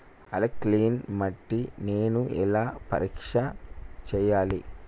Alkaline మట్టి ని నేను ఎలా పరీక్ష చేయాలి?